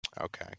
Okay